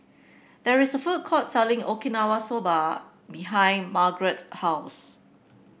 there is a food court selling Okinawa Soba behind Margretta's house